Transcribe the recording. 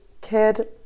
kid